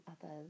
others